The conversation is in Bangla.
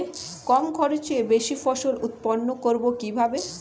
কম খরচে বেশি ফসল উৎপন্ন করব কিভাবে?